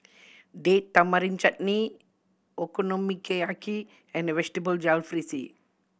Date Tamarind Chutney Okonomiyaki and Vegetable Jalfrezi